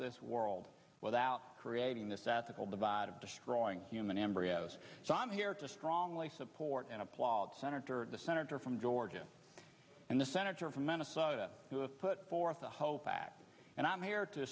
this world without creating this ethical divide of destroying human embryos so i'm here to strongly support and applaud senator the senator from georgia and the senator from minnesota who have put forth the whole package and i'm here to